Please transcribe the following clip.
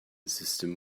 system